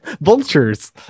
vultures